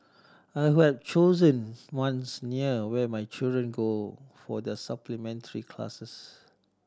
I would have chosen ones near where my children go for their supplementary classes